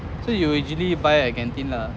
so you usually buy at canteen lah